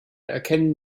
erkennen